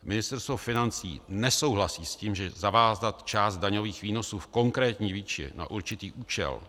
Ministerstvo financí nesouhlasí s tím zavázat část daňových výnosů v konkrétní výši na určitý účel.